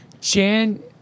Jan